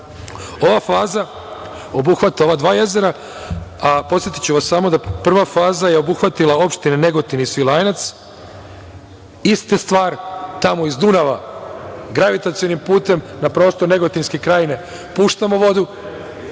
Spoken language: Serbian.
faza obuhvata ova dva jezera, a podsetiću vas samo da je prva faza obuhvatila opštine Negotin i Svilajnac, ista stvar tamo iz Dunava gravitacionim putem na prostor Negotinske krajine puštamo vodu.